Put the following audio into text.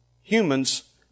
humans